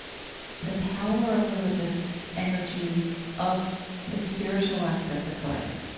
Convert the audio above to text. the power of religious energies of the spiritual aspect of life,